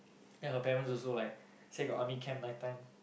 then her parents also like say got army camp night time